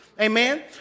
Amen